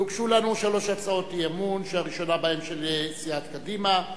הוגשו לנו שלוש הצעות אי-אמון שהראשונה שבהן של סיעת קדימה,